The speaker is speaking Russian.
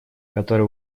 которая